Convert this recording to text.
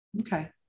Okay